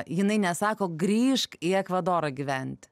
jinai nesako grįžk į ekvadorą gyventi